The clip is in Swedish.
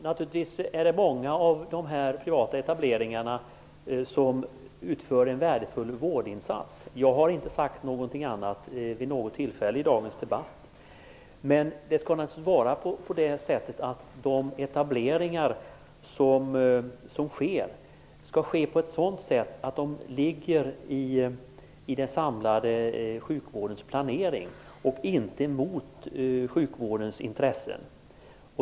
Herr talman! Det är naturligtvis många av de privata etableringarna som gör en värdefull vårdinsats. Jag har inte sagt någonting annat vid något tillfälle i dagens debatt. Men de etableringar som sker skall ske på ett sådant sätt att de ingår i den samlade sjukvårdens planering och inte går emot sjukvårdens intressen.